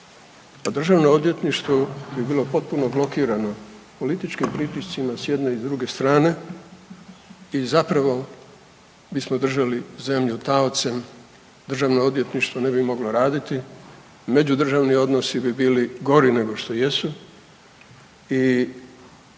državno odvjetništvo bi bilo potpuno blokirano političkim pritiscima s jedne i s druge strane i zapravo bismo držali zemlju taocem, državno odvjetništvo ne bi moglo raditi, međudržavni odnosi bi bili gori nego što jesu i zato ću kazati ovako. Neovisno o činjenici